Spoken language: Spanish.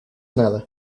nada